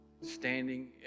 Standing